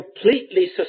completely